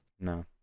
no